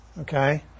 okay